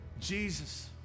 Jesus